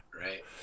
right